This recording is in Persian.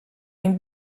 این